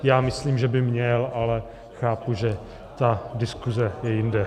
Já myslím, že by měl, ale chápu, že ta diskuze je jinde.